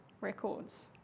records